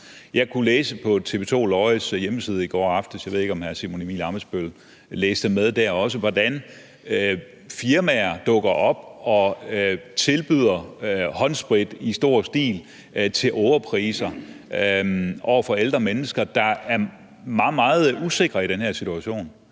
læste med der også – hvordan firmaer dukker op og tilbyder håndsprit i stor stil til ågerpriser til ældre mennesker, der er meget, meget usikre i den her situation.